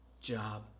Job